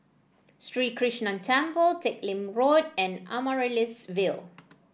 Sri Krishnan Temple Teck Lim Road and Amaryllis Ville